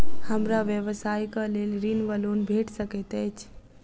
हमरा व्यवसाय कऽ लेल ऋण वा लोन भेट सकैत अछि?